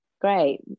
great